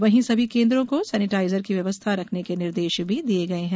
वहीं सभी केंद्रों को सेनेटाइजर की व्यवस्था रखने के निर्देष दिए गए हैं